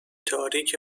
تاریک